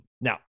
Now